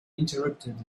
interrupted